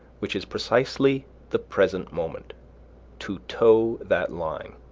which is precisely the present moment to toe that line.